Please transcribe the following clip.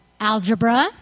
algebra